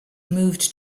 moved